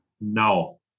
no